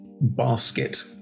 basket